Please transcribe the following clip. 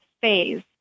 phase